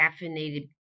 caffeinated